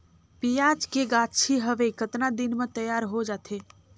पियाज के गाछी हवे कतना दिन म तैयार हों जा थे?